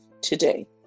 today